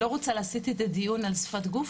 לא רוצה להסית את הדיון על שפת גוף,